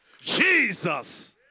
Jesus